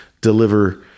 deliver